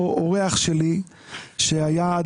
זה דבר שאנחנו דיברנו